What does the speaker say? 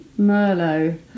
Merlot